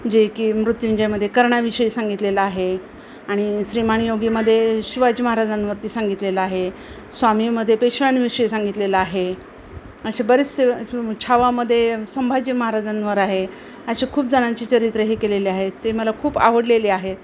जे की मृत्युंजयमध्ये कर्णाविषयी सांगितलेलं आहे आणि श्रीमान योगीमध्ये शिवाजी महाराजांवरती सांगितलेलं आहे स्वामीमध्ये पेशव्यांविषयी सांगितलेलं आहे असे बरेचसे छावामध्ये संभाजी महाराजांवर आहे अशा खूप जणांची चरित्र हे केलेले आहेत ते मला खूप आवडलेले आहेत